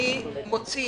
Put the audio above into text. אני מוציא